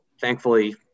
thankfully